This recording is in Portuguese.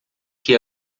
que